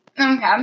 Okay